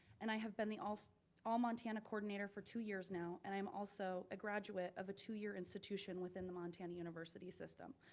and i have been the all so all montana coordinator for two years now and i'm also a graduate of a two-year institution within the montana university system.